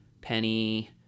penny